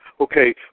Okay